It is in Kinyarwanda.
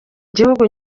gihugu